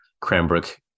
Cranbrook